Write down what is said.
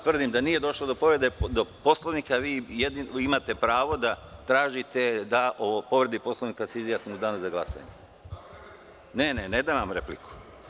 Tvrdim da nije došlo do povrede Poslovnika, a vi imate pravo da tražite da o povredi Poslovnika se izjasnimo u danu za glasanje. (Dragan Šutanovac, sa mesta: Replika.) Ne dam vam repliku.